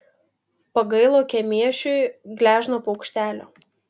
pagailo kemėšiui gležno paukštelio